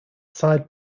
side